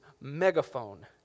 megaphone